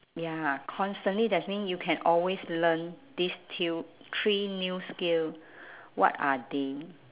ya constantly that mean you can always learn these till three new skill what are they